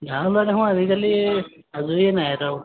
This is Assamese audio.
গাঁৱৰ ল'ৰা দেখোন আজিকালি আজৰিয়েই নাই এটাও